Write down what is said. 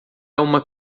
uma